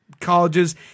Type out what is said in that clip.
colleges